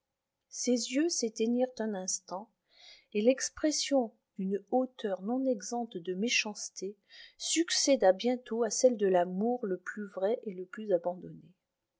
ses yeux s'éteignirent un instant et l'expression d'une hauteur non exempte de méchanceté succéda bientôt à celle de l'amour le plus vrai et le plus abandonné